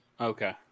Okay